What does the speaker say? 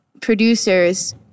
producers